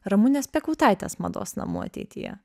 ramunės piekautaitės mados namų ateityje